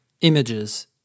images